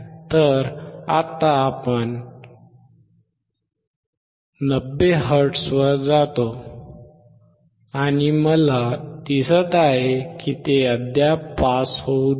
तर आता आपण 90 हर्ट्झवर जातो आणि मला दिसत आहे की ते अद्याप पास होऊ देत नाही